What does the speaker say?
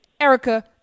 Erica